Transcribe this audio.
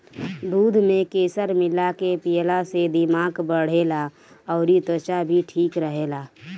दूध में केसर मिला के पियला से दिमाग बढ़ेला अउरी त्वचा भी ठीक रहेला